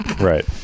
Right